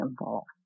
involved